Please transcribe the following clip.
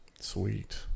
Sweet